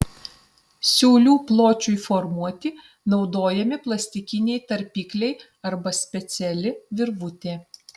siūlių pločiui formuoti naudojami plastikiniai tarpikliai arba speciali virvutė